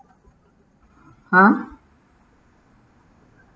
!huh!